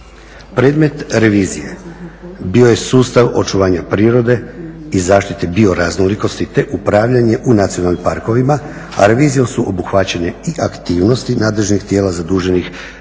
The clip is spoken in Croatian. Predmet revizije bio je sustav očuvanja prirode i zaštite bioraznolikosti, te upravljanje u nacionalnim parkovima, a revizijom su obuhvaćene i aktivnosti nadležnih tijela zaduženih